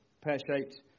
pear-shaped